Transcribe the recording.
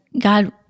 God